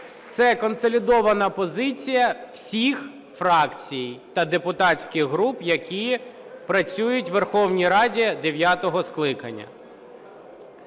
Це консолідована позиція всіх фракцій та депутатських груп, які працюють у Верховній Раді дев'ятого скликання.